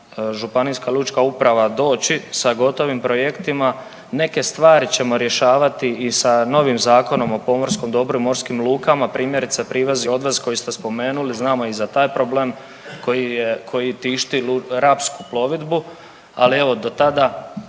županijska lučka uprava doći sa gotovim projektima. Neke stvari ćemo rješavati i sa novim Zakonom o pomorskom dobru i morskim lukama, primjerice privez i odvez koji ste spomenuli, znamo i za taj problem koji je, koji tišti Rapsku plovidbu, ali evo do tada